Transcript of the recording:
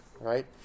right